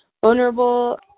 vulnerable